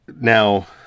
Now